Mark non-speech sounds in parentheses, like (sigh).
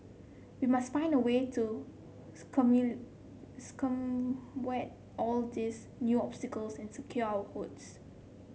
we must find a way to (unintelligible) all these new obstacles and secure our votes